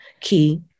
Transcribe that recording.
key